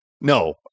No